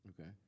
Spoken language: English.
Okay